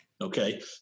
Okay